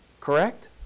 Correct